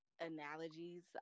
analogies